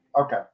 Okay